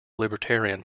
libertarian